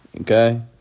Okay